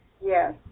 Yes